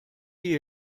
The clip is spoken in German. die